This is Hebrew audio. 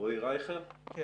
רועי רייכר, בבקשה.